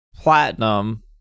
platinum